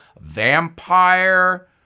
vampire